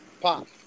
Pop